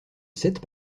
sept